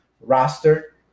roster